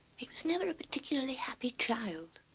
he was never a particularly happy child.